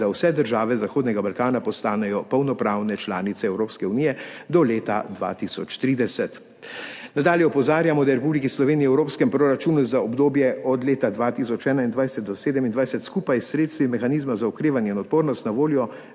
da vse države Zahodnega Balkana postanejo polnopravne članice Evropske unije do leta 2030. Nadalje opozarjamo, da je v Republiki Sloveniji v evropskem proračunu za obdobje od leta 2021 do 2027, skupaj s sredstvi Mehanizma za okrevanje in odpornost, na voljo